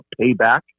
payback